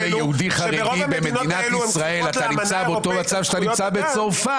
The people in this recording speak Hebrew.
חברת הכנסת גבי לסקי.